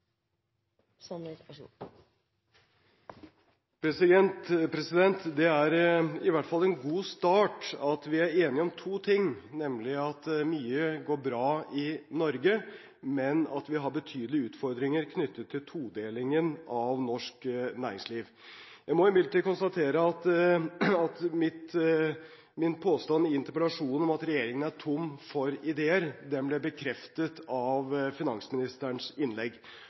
Det er i hvert fall en god start at vi er enige om to ting, nemlig at mye går bra i Norge, men at vi har betydelige utfordringer knyttet til todelingen av norsk næringsliv. Jeg må imidlertid konstatere at min påstand i interpellasjonen om at regjeringen er «tom for ideer», ble bekreftet av finansministerens innlegg.